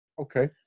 Okay